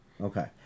Okay